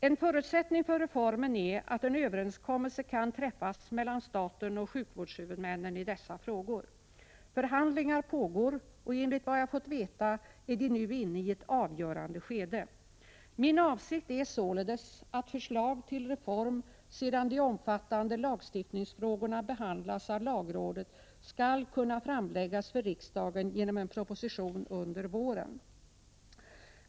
En förutsättning för reformen är att en överenskommelse kan träffas mellan staten och sjukvårdshuvudmännen i dessa frågor. Förhandlingar pågår och enligt vad jag fått veta är de nu inne i ett avgörande skede. Min avsikt är således att förslag till reform, sedan de omfattande lagstiftningsfrågorna behandlats av lagrådet, skall kunna framläggas för riksdagen genom en proposition under våren.